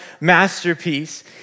masterpiece